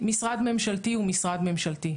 משרד ממשלתי הוא משרד ממשלתי,